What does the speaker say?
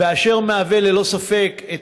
שהוא ללא ספק אחד